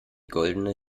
goldene